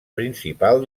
principal